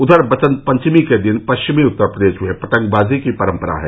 उधर वसंत पंचमी के दिन पश्चिमी उत्तर प्रदेश में पतंगबाजी की परम्परा है